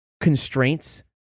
constraints